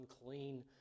unclean